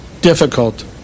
difficult